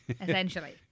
essentially